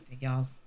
y'all